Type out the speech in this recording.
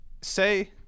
say